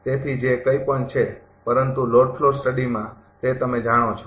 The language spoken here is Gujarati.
તેથી જે કંઈ પણ છે પરંતુ લોડ ફ્લો સ્ટડીઝમાં તે તમે જાણો છો